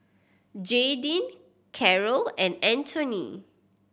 Jaydin Carol and Antoine